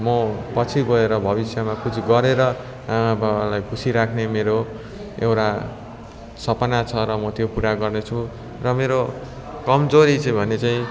म पछि गोएर भविष्यमा कुछ गरेर आमा बाबालाई खुसी राख्ने मेरो एउटा सपना छ र म त्यो पुरा गर्नेछु र मेरो कमजोरी चाहिँ भने चाहिँ